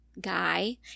guy